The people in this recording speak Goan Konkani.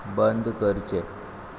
बंद करचें